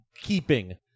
keeping